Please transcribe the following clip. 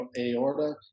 aorta